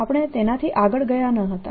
આપણે તેનાથી આગળ ગયા ન હતા